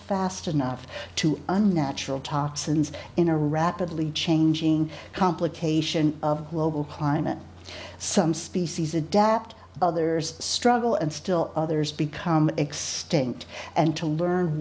fast enough to unnatural toxins in a rapidly changing complication of global climate some species adapt others struggle and still others become extinct and to learn